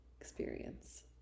experience